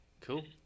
cool